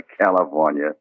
California